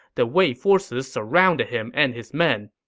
the wei forces surrounded him and his men.